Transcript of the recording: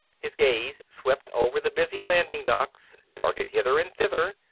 his gaze swept over the busy landing-docks, darted hither and thither,